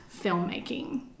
filmmaking